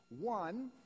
one